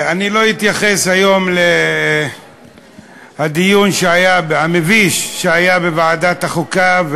לא אתייחס היום לדיון המביש שהיה בוועדת החוקה,